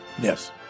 Yes